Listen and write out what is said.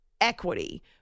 equity